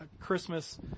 Christmas